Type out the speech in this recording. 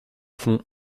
fond